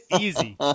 Easy